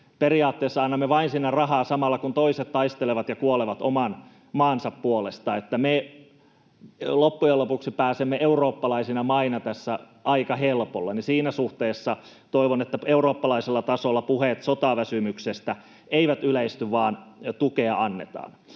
Periaatteessa annamme sinne vain rahaa samalla, kun toiset taistelevat ja kuolevat oman maansa puolesta. Me loppujen lopuksi pääsemme eurooppalaisina maina tässä aika helpolla. Siinä suhteessa toivon, että eurooppalaisella tasolla puheet sotaväsymyksestä eivät yleisty vaan tukea annetaan.